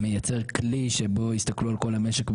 מייצר כלי שבו יסתכלו על כל המשק,